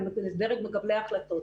לדרג מקבלי ההחלטות.